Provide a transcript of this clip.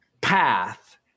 path